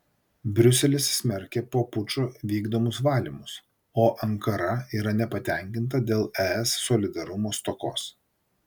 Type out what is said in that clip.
briuselis smerkia po pučo vykdomus valymus o ankara yra nepatenkinta dėl es solidarumo stokos